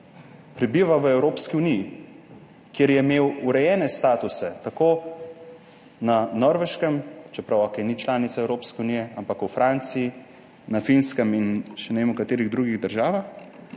prebiva v Evropski uniji, kjer je imel urejene statuse na Norveškem, čeprav, okej, ni članica Evropske unije, ampak v Franciji, na Finskem in v ne vem, katerih drugih državah